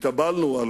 התאבלנו על